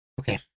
okay